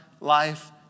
life